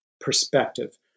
perspective